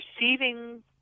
receiving